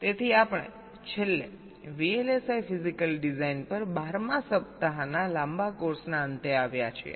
તેથી આપણે છેલ્લે VLSI ફિઝિકલ ડિઝાઇન પર 12 મા સપ્તાહના લાંબા કોર્સના અંતે આવ્યા છીએ